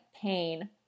pain